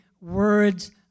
words